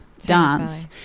dance